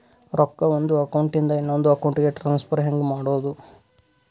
ರೊಕ್ಕ ಒಂದು ಅಕೌಂಟ್ ಇಂದ ಇನ್ನೊಂದು ಅಕೌಂಟಿಗೆ ಟ್ರಾನ್ಸ್ಫರ್ ಹೆಂಗ್ ಮಾಡೋದು?